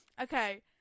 Okay